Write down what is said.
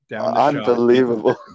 Unbelievable